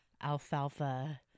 alfalfa